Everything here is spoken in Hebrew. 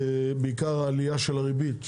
בעיקר העלייה של הריבית,